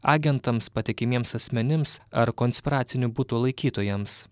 agentams patikimiems asmenims ar konspiracinių butų laikytojams